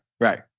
right